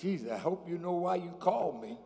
seas i hope you know why you call me